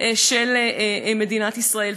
במדינת ישראל.